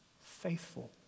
faithful